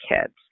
kids